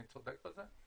אני צודק בזה?